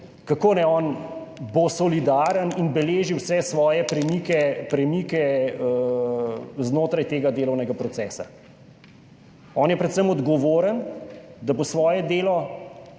kako naj bo on solidaren in beleži vse svoje premike znotraj tega delovnega procesa? On je predvsem odgovoren za to, da bo svoje delo,